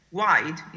wide